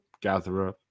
gatherer